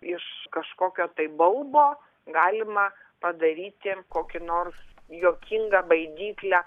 iš kažkokio tai baubo galima padaryti kokį nors juokingą baidyklę